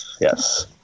Yes